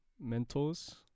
mentors